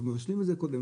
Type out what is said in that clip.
מבשלים את זה קודם,